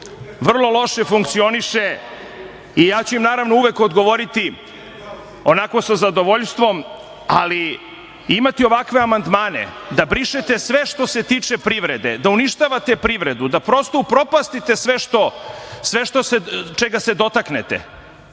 vrlo loše funkcioniše i ja ću im uvek odgovoriti onako sa zadovoljstvom, ali imati ovakve amandmane, da brišete sve što se tiče privrede, da uništavate privredu, da prosto upropastite sve čega se dotaknete,